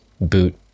boot